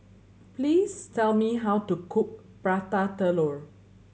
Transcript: please tell me how to cook Prata Telur